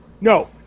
no